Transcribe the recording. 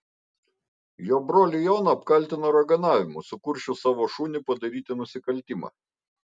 jo brolį joną apkaltino raganavimu sukursčius savo šunį padaryti nusikaltimą